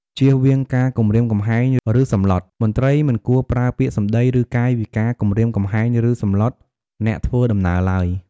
ចៀសវាងការគំរាមកំហែង ឬសម្លុត មន្ត្រីមិនគួរប្រើពាក្យសំដី ឬកាយវិការគំរាមកំហែង ឬសម្លុតអ្នកធ្វើដំណើរឡើយ។